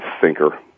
thinker